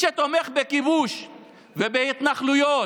מי שתומך בכיבוש ובהתנחלויות